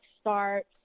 start